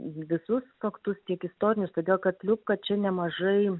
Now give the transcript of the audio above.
visus faktus tiek istorinius todėl kad liubka čia nemažai